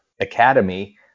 academy